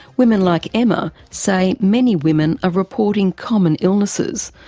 women like emma say many women are reporting common illnesses,